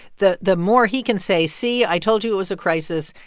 the the more he can say, see i told you it was a crisis.